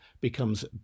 becomes